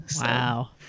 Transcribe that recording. Wow